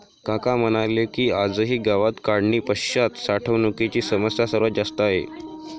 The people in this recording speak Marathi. काका म्हणाले की, आजही गावात काढणीपश्चात साठवणुकीची समस्या सर्वात जास्त आहे